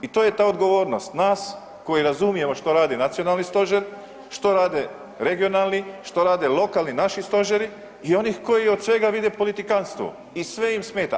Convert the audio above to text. I to je ta odgovornost, nas koji razumijemo što radi nacionalni stožer, što rade regionalni, što rade lokalni naši stožeri i onih koji od svega vide politikantstvo i sve im smeta.